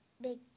big